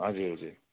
हजुर हजुर